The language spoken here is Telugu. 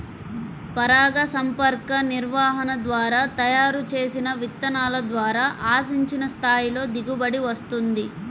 పరాగసంపర్క నిర్వహణ ద్వారా తయారు చేసిన విత్తనాల ద్వారా ఆశించిన స్థాయిలో దిగుబడి వస్తుంది